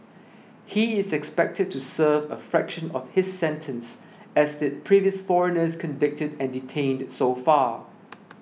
he is expected to serve a fraction of his sentence as did previous foreigners convicted and detained so far